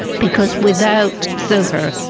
because without silver,